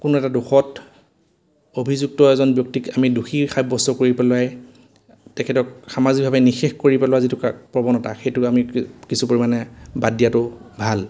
কোনো এটা দোষত অভিযুক্ত এজন ব্যক্তিক আমি দোষী সাব্যস্ত কৰি পেলাই তেখেতক সামাজিকভাৱে নিঁশেষ কৰি পেলোৱা যিটো প্ৰৱণতা সেইটো আমি কিছু পৰিমাণে বাদ দিয়াটো ভাল